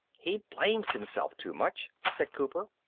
he blames himself too much, said cooper.